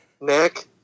Nick